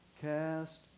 cast